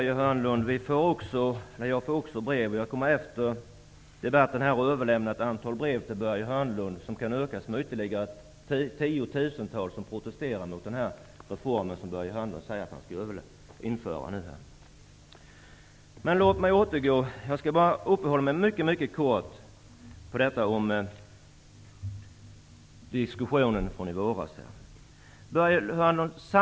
Herr talman! Jag får också brev, Börje Hörnlund. Jag kommer efter debatten att överlämna ett antal brev till Börje Hörnlund, som kan utökas med ytterligare tiotusentals som protesterar mot den reform som Börje Hörnlund säger att han skall genomföra. Jag skall bara mycket kort uppehålla mig vid diskussionen från i våras.